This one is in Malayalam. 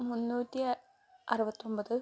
മുന്നൂറ്റി അറുപത്തൊൻപത്